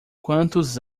quantos